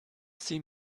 sie